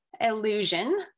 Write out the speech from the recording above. illusion